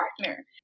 partner